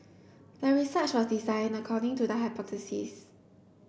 the research was designed according to the hypothesis